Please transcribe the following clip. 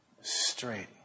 straight